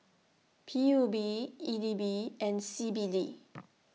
P U B E D B and C B D